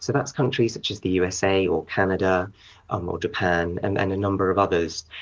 so that's countries such as the usa or canada um or japan and and a number of others.